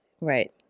Right